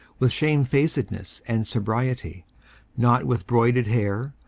with shamefacedness and sobriety not with broided hair,